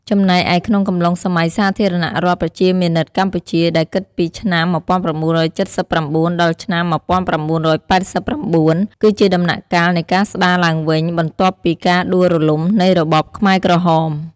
ចំណែកឯក្នុងកំឡុងសម័យសាធារណរដ្ឋប្រជាមានិតកម្ពុជា ដែលគិតពី ឆ្នាំ ១៩៧៩ ដល់ ឆ្នាំ ១៩៨៩ គឺជាដំណាក់កាលនៃការស្ដារឡើងវិញបន្ទាប់ពីការដួលរលំនៃរបបខ្មែរក្រហម។